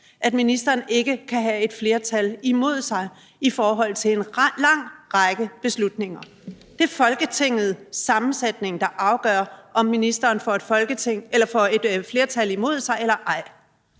at ministeren ikke kan have et flertal imod sig i forhold til en lang række beslutninger. Det er Folketingets sammensætning, der afgør, om ministeren får et flertal imod sig eller ej.